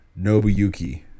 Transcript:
Nobuyuki